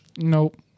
Nope